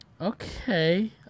Okay